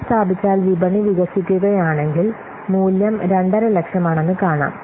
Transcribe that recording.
മാറ്റിസ്ഥാപിച്ചാൽ വിപണി വികസിക്കുകയാണെങ്കിൽ മൂല്യം 250000 ആണെന്ന് കാണാം